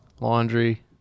laundry